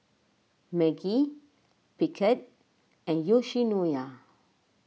Maggi Picard and Yoshinoya